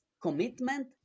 commitment